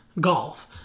golf